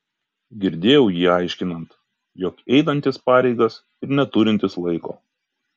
girdėjau jį aiškinant jog einantis pareigas ir neturintis laiko